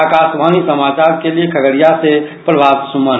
आकाशवाणी समाचार के लिए खगड़िया से प्रभात सुमन